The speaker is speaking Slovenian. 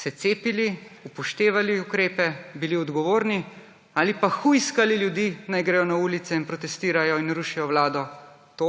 se cepili, upoštevali ukrepe, bili odgovorni ali pa hujskali ljudi, naj grejo na ulice in protestirajo in rušijo vlado? To,